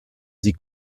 sie